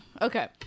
okay